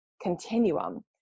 continuum